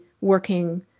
working